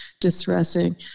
distressing